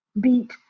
beat